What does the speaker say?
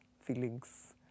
feelings